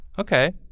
Okay